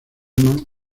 man